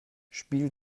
spiel